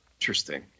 Interesting